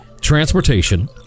Transportation